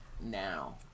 now